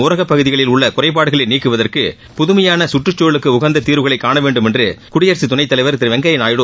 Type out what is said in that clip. ஊரக பகுதிகளில் உள்ள குறைபாடுகளை நீக்குவதற்கு புதுமையாள சுற்றுச்சூழலுக்கு உகந்த தீர்வுகளை காண வேண்டுமென்று துணைத்தலைவர் குடியரசு திரு வெங்கையா நாயுடு